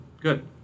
good